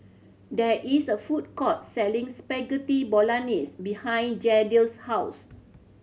there is a food court selling Spaghetti Bolognese behind Jadiel's house